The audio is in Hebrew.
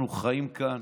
אנחנו חיים כאן,